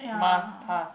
must pass